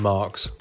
Mark's